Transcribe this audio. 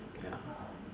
ya